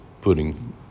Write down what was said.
putting